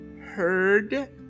heard